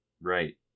Right